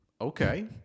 Okay